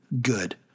good